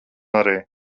arī